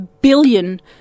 billion